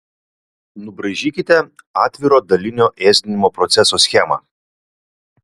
nubraižykite atviro dalinio ėsdinimo proceso schemą